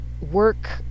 work